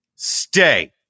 Stay